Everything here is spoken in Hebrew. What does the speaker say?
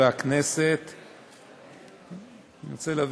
הכנסת, אני רוצה להביא